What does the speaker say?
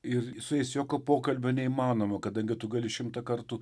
ir su jais jokio pokalbio neįmanoma kadangi tu gali šimtą kartų